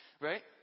right